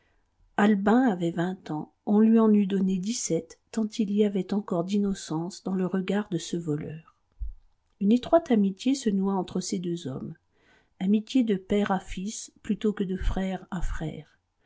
albin avait vingt ans on lui en eût donné dix-sept tant il y avait encore d'innocence dans le regard de ce voleur une étroite amitié se noua entre ces deux hommes amitié de père à fils plutôt que de frère à frère